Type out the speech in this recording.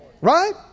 Right